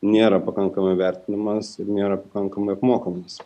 nėra pakankamai vertinamas ir nėra pakankamai apmokamas